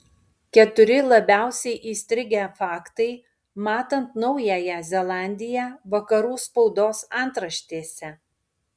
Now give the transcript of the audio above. keturi labiausiai įstrigę faktai matant naująją zelandiją vakarų spaudos antraštėse